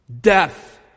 death